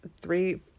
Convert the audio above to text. three